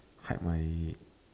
hide my